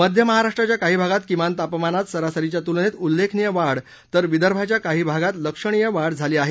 मध्य महाराष्ट्राच्या काही भागात किमान तापमानात सरासरीच्या तुलनेत उल्लेखनीय वाढ तर विदर्भाच्या काही भागात लक्षणीय वाढ झाली आहे